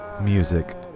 music